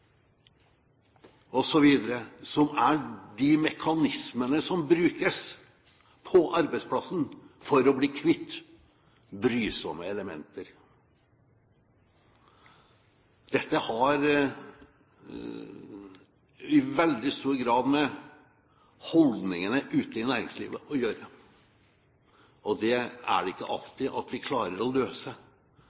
som er de mekanismene som brukes på arbeidsplassen for å bli kvitt brysomme elementer. Dette har i veldig stor grad med holdningene ute i næringslivet å gjøre, og det er det ikke alltid at vi klarer å løse